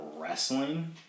wrestling